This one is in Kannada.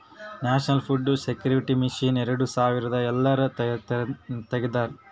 ನ್ಯಾಷನಲ್ ಫುಡ್ ಸೆಕ್ಯೂರಿಟಿ ಮಿಷನ್ ಎರಡು ಸಾವಿರದ ಎಳರಲ್ಲಿ ತೆಗ್ದಾರ